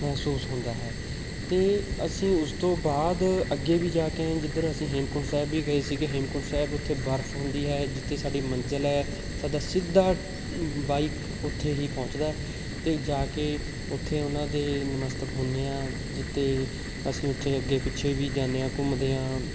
ਮਹਿਸੂਸ ਹੁੰਦਾ ਹੈ ਅਤੇ ਅਸੀਂ ਉਸ ਤੋਂ ਬਾਅਦ ਅੱਗੇ ਵੀ ਜਾ ਕੇ ਆਏ ਹਾਂ ਜਿੱਧਰ ਅਸੀਂ ਹੇਮਕੁੰਟ ਸਾਹਿਬ ਵੀ ਗਏ ਸੀਗੇ ਹੇਮਕੁੰਟ ਸਾਹਿਬ ਉੱਥੇ ਬਰਫ ਹੁੰਦੀ ਹੈ ਜਿੱਥੇ ਸਾਡੀ ਮੰਜ਼ਿਲ ਹੈ ਸਾਡਾ ਸਿੱਧਾ ਬਾਈਕ ਉੱਥੇ ਹੀ ਪਹੁੰਚਦਾ ਅਤੇ ਜਾ ਕੇ ਉੱਥੇ ਉਹਨਾਂ ਦੇ ਨਮਸਤਕ ਹੁੰਦੇ ਹਾਂ ਜਿੱਥੇ ਅਸੀਂ ਉੱਥੇ ਅੱਗੇ ਪਿੱਛੇ ਵੀ ਜਾਂਦੇ ਹਾਂ ਘੁੰਮਦੇ ਹਾਂ